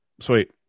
Sweet